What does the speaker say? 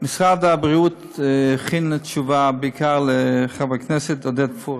משרד הבריאות הכין תשובה בעיקר לחבר הכנסת עודד פורר,